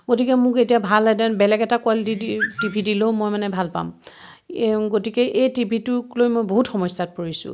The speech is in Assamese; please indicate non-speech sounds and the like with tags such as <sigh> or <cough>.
গতিকে মোক এতিয়া ভাল <unintelligible> বেলেগ এটা কোৱালিটি দি টি ভি দিলেও মই মানে ভাল পাম এই গতিকে এই টিভিটোক লৈ মই বহুত সমস্যাত পৰিছোঁ